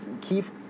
Keith